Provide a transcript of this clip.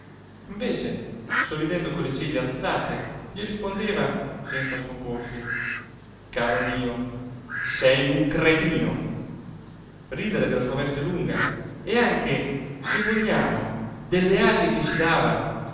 invece sorridendo con le ciglia alzate gli rispondeva senza scomporsi caro mio sei un cretino ridere della sua veste lunga e anche se vogliamo delle arie che si dava